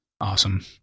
awesome